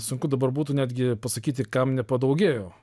sunku dabar būtų netgi pasakyti kam nepadaugėjo